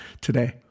today